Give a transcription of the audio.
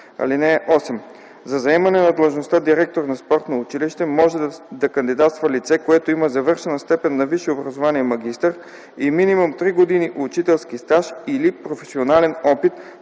(8) За заемане на длъжността „директор на спортно училище” може да кандидатства лице, което има завършена степен на висше образование „магистър” и минимум три години учителски стаж или професионален опит